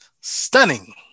stunning